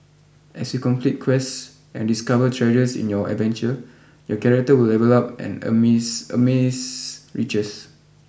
as you complete quests and discover treasures in your adventure your character will level up and amass amass riches